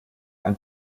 ein